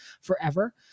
forever